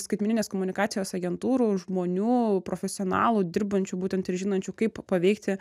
skaitmeninės komunikacijos agentūrų žmonių profesionalų dirbančių būtent ir žinančių kaip paveikti